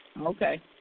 Okay